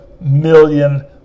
million